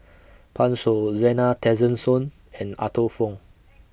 Pan Shou Zena Tessensohn and Arthur Fong